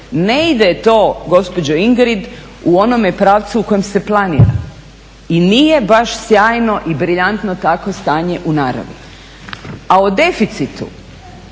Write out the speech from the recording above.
ne ide to, gospođo Ingrid, u onome pravcu u kojem se planira i nije baš sjajno i briljantno takvo stanje u naravi. A o deficitu,